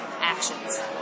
actions